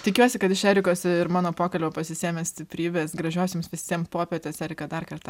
tikiuosi kad iš erikos ir mano pokalbio pasisėmėt stiprybės gražios jums visiems popietės erika dar kartą